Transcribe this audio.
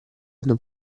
hanno